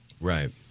Right